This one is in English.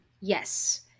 Yes